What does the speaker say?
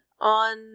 on